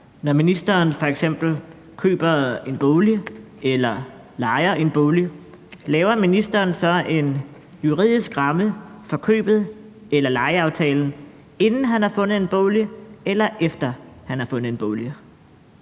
Når ministeren f.eks. køber en bolig eller lejer en bolig, laver ministeren så en juridisk ramme for købet eller lejeaftalen, inden han har fundet en bolig, eller efter han har fundet en bolig?